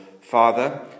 father